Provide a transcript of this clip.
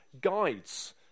guides